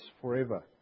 forever